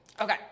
Okay